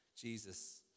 Jesus